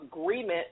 agreement